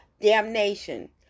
damnation